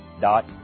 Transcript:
dot